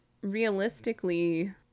realistically